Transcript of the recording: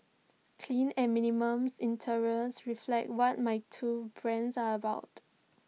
clean and minimum reflect what my two brands are about